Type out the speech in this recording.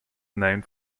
named